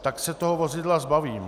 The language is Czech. Tak se toho vozidla zbavím.